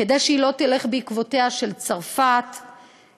הקריאה להתעורר כדי שהיא לא תלך בעקבותיה של צרפת ואנגליה,